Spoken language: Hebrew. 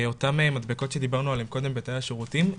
אותם מדבקות שדיברנו עליהם קודם בתאי השירותים,